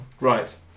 Right